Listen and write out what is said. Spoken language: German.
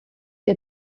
ihr